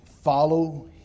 follow